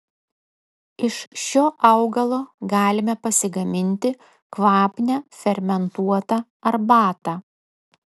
iš šio augalo galime pasigaminti kvapnią fermentuotą arbatą